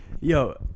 Yo